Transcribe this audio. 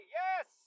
yes